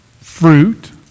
fruit